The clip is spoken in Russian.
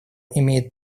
имеет